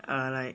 err like